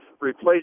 replace